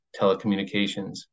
telecommunications